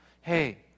Hey